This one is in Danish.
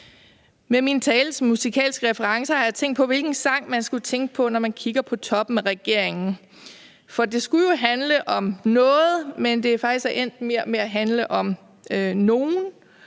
Med min tales musikalske referencer har jeg tænkt på, hvilken sang man skulle tænke på, når man kigger på toppen af regeringen. For det skulle jo handle om noget, men det er faktisk endt mere med at handle om nogen,